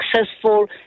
successful